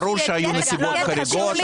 ברור שהיו נסיבות חריגות,